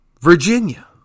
Virginia